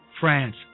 France